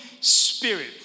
spirit